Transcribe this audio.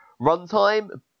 runtime